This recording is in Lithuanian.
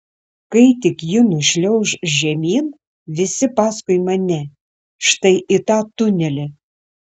kai tik ji nušliauš žemyn visi paskui mane štai į tą tunelį